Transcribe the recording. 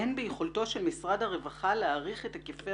אין ביכולתו של משרד הרווחה להעריך את היקפי